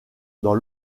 dans